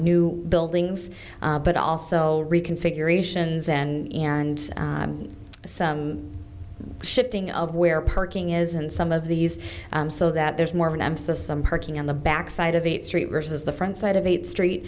new buildings but also reconfigurations and and some shifting of where parking is and some of these so that there's more of an emphasis on parking on the back side of the street versus the front side of a street